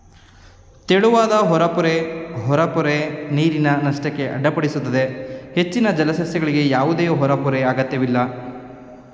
ತೆಳುವಾದ ಹೊರಪೊರೆ ಹೊರಪೊರೆ ನೀರಿನ ನಷ್ಟಕ್ಕೆ ಅಡ್ಡಿಪಡಿಸುತ್ತವೆ ಹೆಚ್ಚಿನ ಜಲಸಸ್ಯಗಳಿಗೆ ಯಾವುದೇ ಹೊರಪೊರೆ ಅಗತ್ಯವಿಲ್ಲ